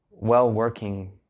well-working